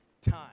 time